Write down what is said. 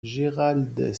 gerald